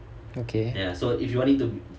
okay